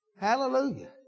Hallelujah